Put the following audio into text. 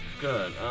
Good